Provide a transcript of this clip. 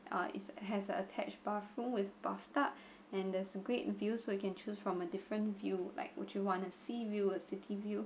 err it's has an attached bathroom with bathtub and there's a great views so you can choose from a different view like would you want a seaview a city view